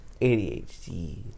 ADHD